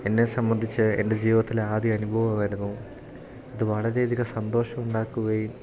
എന്നെ സംബന്ധിച്ച് എൻ്റെ ജീവിതത്തിലെ ആദ്യ അനുഭവമായിരുന്നു അത് വളരെ അധികം സന്തോഷം ഉണ്ടാക്കുകയും